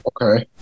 Okay